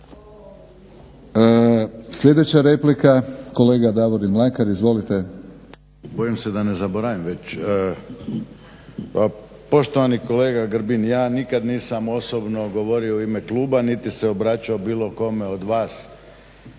Sljedeća replika, kolega Davorin Mlakar. Izvolite. **Mlakar, Davorin (HDZ)** Bojim se da ne zaboravim reć, pa poštovani kolega Grbin, ja nikad nisam osobno govorio u ime kluba, niti se obraćao bilo kome od vas